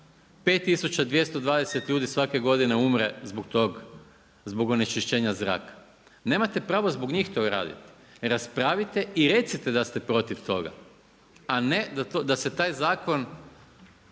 5220 ljudi svake godine umre zbog onečišćenja zraka. Nemate pravo zbog njih to raditi. Raspravite i recite da ste protiv toga, a ne da se taj zakon